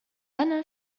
أنا